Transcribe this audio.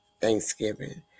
Thanksgiving